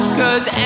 cause